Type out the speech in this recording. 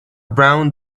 brown